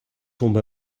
tombe